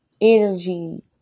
energy